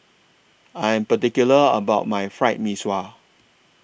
I Am particular about My Fried Mee Sua